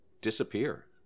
disappear